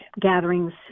gatherings